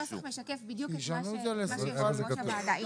הנוסח משקף בדיוק את מה שיושב ראש הוועדה ביקש.